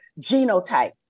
genotype